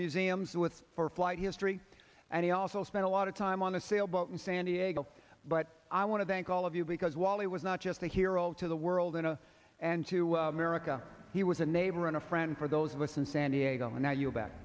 museums with for flight history and he also spent a lot of time on a sailboat in san diego but i want to thank all of you because while he was not just a hero to the world in a and to america he was a neighbor and a friend for those of us in san diego and now you're back